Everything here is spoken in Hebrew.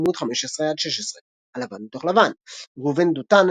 עמ' 15–16. על "לבן מתוך לבן" ראובן דותן,